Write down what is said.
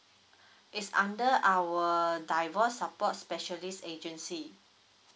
it's under our divorce support specialist agency